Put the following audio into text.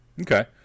okay